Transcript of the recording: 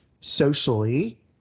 socially